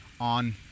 on